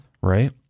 Right